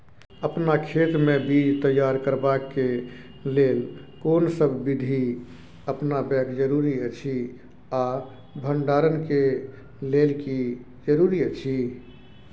अपन खेत मे बीज तैयार करबाक के लेल कोनसब बीधी अपनाबैक जरूरी अछि आ भंडारण के लेल की जरूरी अछि?